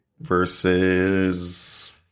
Versus